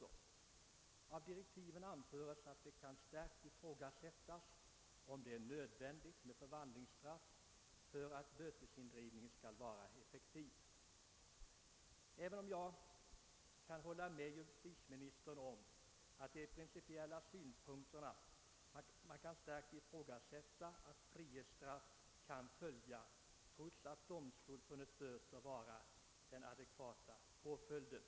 Det heter i direktiven att det kan starkt ifrågasättas om det är nödvändigt med förvandlingsstraff för att bötesindrivningen skall vara effektiv. Jag kan hålla med justitieministern om att det från principiella synpunkter kan kritiseras att frihetsstraff kan följa trots att domstolen funnit böter vara den adekvata påföljden.